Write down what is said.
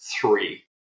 three